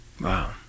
wow